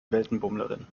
weltenbummlerin